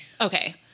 Okay